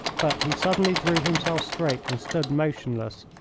but he suddenly drew himself straight and stood motionless.